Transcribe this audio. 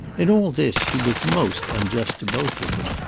in all this he was most unjust to both of them.